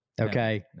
Okay